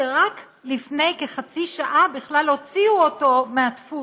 שרק לפני כחצי שעה בכלל הוציאו אותו מהדפוס,